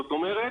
זאת אומרת,